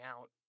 out